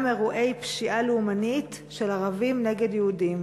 אירועי פשיעה לאומנית של ערבים נגד יהודים.